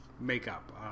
makeup